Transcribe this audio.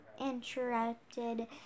interrupted